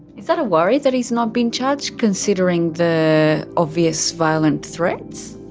is that a worry that he's not been charged, considering the obvious violent threats?